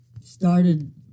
started